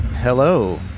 Hello